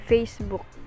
Facebook